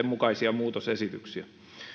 mukaisia muutosesityksiä